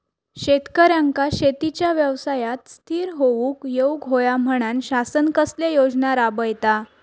शेतकऱ्यांका शेतीच्या व्यवसायात स्थिर होवुक येऊक होया म्हणान शासन कसले योजना राबयता?